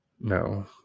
No